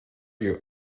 you